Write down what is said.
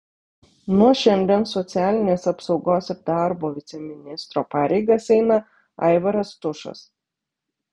nuo šiandien socialinės apsaugos ir darbo viceministro pareigas eina aivaras tušas